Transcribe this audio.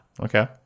okay